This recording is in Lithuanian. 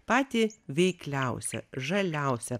patį veikliausią žaliausią